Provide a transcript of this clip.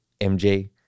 MJ